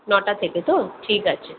নটা থেকে তো ঠিক আছে